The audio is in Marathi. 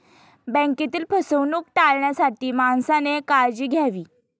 बँकेतील फसवणूक टाळण्यासाठी माणसाने काळजी घ्यावी